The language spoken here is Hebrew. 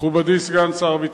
מכובדי סגן שר הביטחון,